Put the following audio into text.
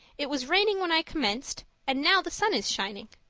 it was raining when i commenced and now the sun is shining.